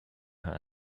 head